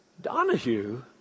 Donahue